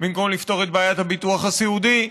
במקום לפתור את בעיית הביטוח הסיעודי,